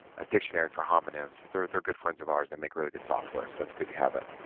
a dictionary for homonyms but they're they're good friends of ours they make really good software so that's good you have it